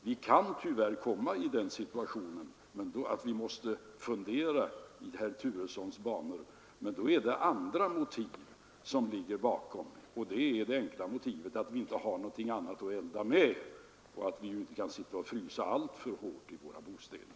Vi kan tyvärr komma i den situationen att vi måste fundera i herr Turessons banor, men då är det ett annat motiv som ligger bakom, nämligen det enkla motivet att vi inte har någonting att elda med och att vi ju inte kan sitta och frysa alltför hårt i våra bostäder.